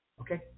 okay